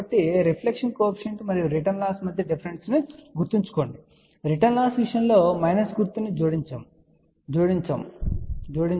కాబట్టి reflection coefficient మరియు return loss మధ్య డిఫరెన్స్ ను గుర్తుంచుకోండి రిటర్న్ లాస్ విషయంలో మైనస్ గుర్తు ను జోడించండి